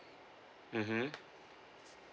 mmhmm